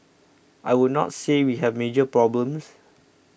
I would not say we have major problems